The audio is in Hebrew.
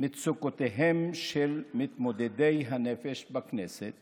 מצוקותיהם של מתמודדי הנפש בכנסת